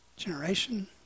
Generation